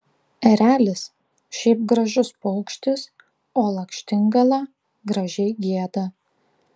erelis šiaip gražus paukštis o lakštingala gražiai gieda